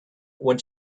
when